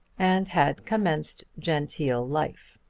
and had commenced genteel life.